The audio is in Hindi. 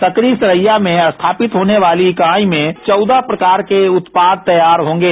सकरी सरैया में स्थापित होने वाली ईकाई में चौदह प्रकार के उत्पाद तैयार होंगे